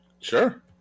Sure